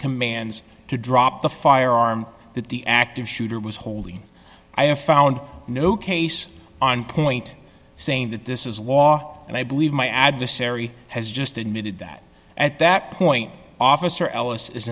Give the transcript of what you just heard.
commands to drop the firearm that the active shooter was holding i have found no case on point saying that this is a law and i believe my adversary has just admitted that at that point officer ellis is